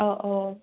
अ अ